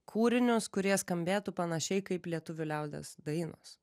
kūrinius kurie skambėtų panašiai kaip lietuvių liaudies dainos